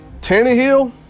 Tannehill